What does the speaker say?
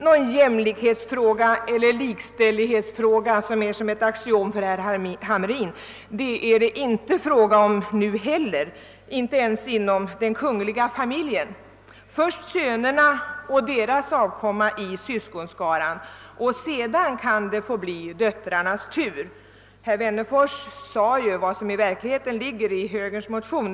Någon jämlikhetsoch likställighetsfråga — som är ett axiom för herr Hamrin — är det alltså inte tal om nu heller, inte ens jämlikhet inom den kungliga familjen. Först kommer sönerna och deras avkomma, sedan kan det bli döttrarnas tur i syskonskaran. Av vad herr Wennerfors sade framgick också vad som i verkligheten ligger i högerns motion.